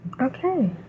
Okay